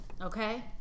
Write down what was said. Okay